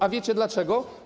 A wiecie, dlaczego?